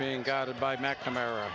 being guided by mcnamara